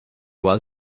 while